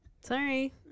Sorry